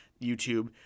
YouTube